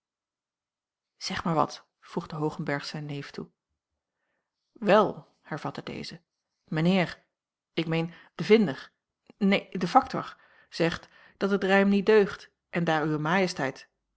zeg maar wat voegde hoogenberg zijn neef toe wel hervatte deze mijn heer ik meen de vinder neen de factor zegt dat het rijm niet deugt en daar uwe majesteit